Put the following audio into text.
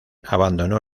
abandonó